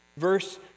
Verse